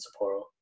Sapporo